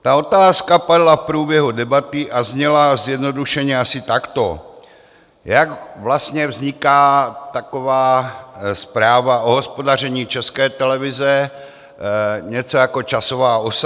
Ta otázka padla v průběhu debaty a zněla zjednodušeně asi takto: Jak vlastně vzniká taková zpráva o hospodaření České televize, něco jako časová osa?